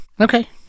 Okay